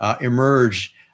emerge